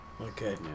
okay